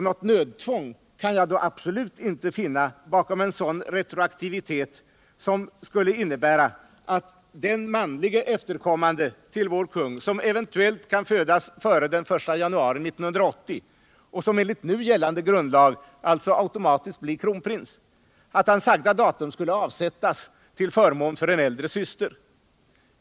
Något nödtvång kan jag absolut inte finna bakom en sådan retroaktivitet som skulle innebära att den manlige efterkommande till vår konung som eventuellt föds före den 1 januari 1980, och som enligt nu gällande grundlag alltså automatiskt blir kronprins, sagda datum skulle avsättas till förmån för en äldre syster.